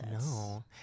No